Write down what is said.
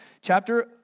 chapter